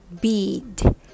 bead